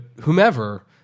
whomever